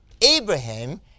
Abraham